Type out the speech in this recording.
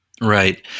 Right